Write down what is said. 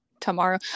tomorrow